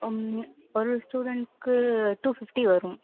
ம் ஒரு ஸ்டூடெண்ட்க்கு டூ ஃபிஃப்ட்டி வரும்